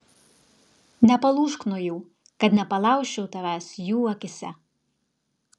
nepalūžk nuo jų kad nepalaužčiau tavęs jų akyse